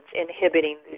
inhibiting